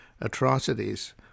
atrocities